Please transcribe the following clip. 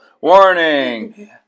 Warning